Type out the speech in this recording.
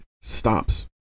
stops